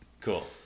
Cool